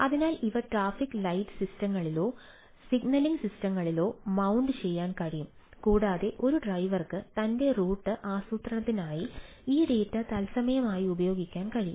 അതിനാൽ ഇവ traffic light സിസ്റ്റങ്ങളിലോ ചെയ്യാൻ കഴിയും കൂടാതെ ഒരു ഡ്രൈവർക്ക് തന്റെ റൂട്ട് ആസൂത്രണത്തിനായി ഈ ഡാറ്റ തൽസമയം ആയി ഉപയോഗിക്കാൻ കഴിയും